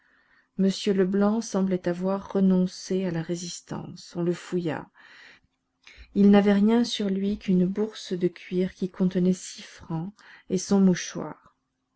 m leblanc semblait avoir renoncé à la résistance on le fouilla il n'avait rien sur lui qu'une bourse de cuir qui contenait six francs et son mouchoir